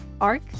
arc